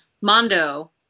Mondo